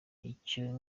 icyo